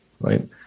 right